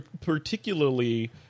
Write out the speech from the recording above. particularly